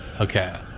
Okay